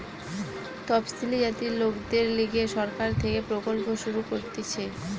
তপসিলি জাতির লোকদের লিগে সরকার থেকে প্রকল্প শুরু করতিছে